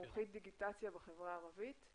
מומחית דיגיטציה בחברה הערבית,